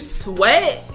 sweat